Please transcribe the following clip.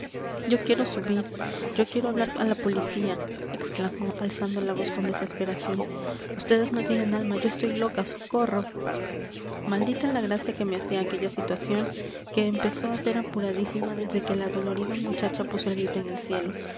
yo quiero subir yo quiero hablar a la policía exclamó alzando la voz con desesperación vds no tienen alma yo estoy loca socorro maldita la gracia que me hacía aquella situación que empezó a ser apuradísima desde que la dolorida muchacha puso el grito en el cielo